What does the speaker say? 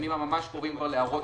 בימים הקרובים להערות